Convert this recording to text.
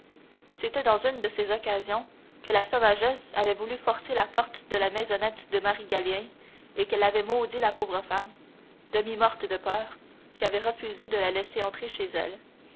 c'est dans une de ces occasions que la sauvagesse avait voulu forcer la porte de la maisonnette de marie gallien et qu'elle avait maudit la pauvre femme demi morte de peur qui avait refusé de la laisser entre chez elle